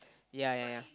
ya ya ya